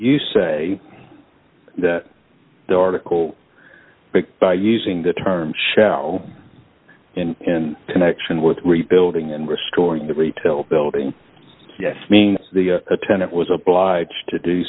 say that the article by using the term shall in connection with rebuilding and restoring the retail building yes mean the attendant was obliged to do